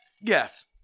Yes